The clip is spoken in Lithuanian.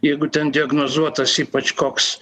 jeigu ten diagnozuotas ypač koks